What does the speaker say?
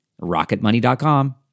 Rocketmoney.com